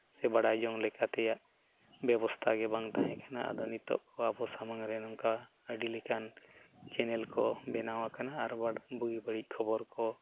ᱥᱮ ᱵᱟᱰᱟᱭ ᱡᱚᱝ ᱞᱮᱠᱟᱛᱮᱭᱟᱜ ᱵᱮᱵᱚᱥᱛᱷᱟ ᱜᱮ ᱵᱟᱝ ᱛᱟᱦᱮᱸ ᱠᱟᱱᱟ ᱟᱫᱚ ᱱᱤᱛᱚᱜ ᱟᱵᱚ ᱥᱟᱢᱟᱝᱨᱮ ᱱᱚᱝᱠᱟ ᱟᱹᱰᱤ ᱞᱮᱠᱟᱱ ᱪᱮᱱᱮᱞ ᱠᱚ ᱵᱮᱱᱟᱣ ᱟᱠᱟᱱᱟ ᱟᱨ ᱵᱩᱜᱤ ᱵᱟᱹᱲᱤᱡ ᱠᱷᱚᱵᱚᱨ ᱠᱚ